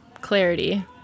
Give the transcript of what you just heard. Clarity